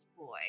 boy